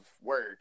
work